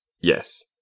Yes